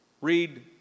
read